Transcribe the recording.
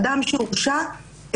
אדם שהורשע,